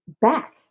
back